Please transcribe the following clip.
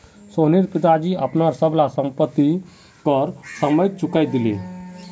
सोहनेर पिताजी अपनार सब ला संपति कर समयेत चुकई दिले